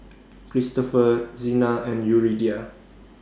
Christopher Zina and Yuridia